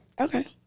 Okay